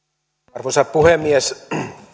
arvoisa puhemies